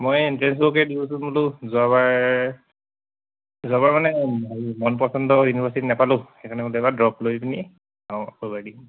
মই এন্ট্ৰেঞ্চবোৰকে দিওচোন বোলোঁ যোৱাবাৰ যোৱাবাৰ মানে মন পচন্দৰ ইউনিভাৰ্চিটিত নাপালোঁ সেইকাৰণে বোলে এইবাৰ ড্ৰপ লৈ পিনি আকৌ এবাৰ দিম